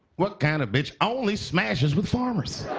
what kind of bitch only smashes with farmers?